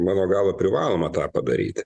mano galva privaloma tą padaryti